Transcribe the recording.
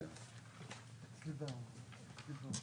שטחי התעסוקה.